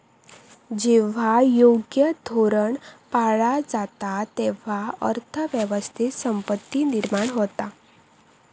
जेव्हा योग्य धोरण पाळला जाता, तेव्हा अर्थ व्यवस्थेत संपत्ती निर्माण होता